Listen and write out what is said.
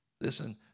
listen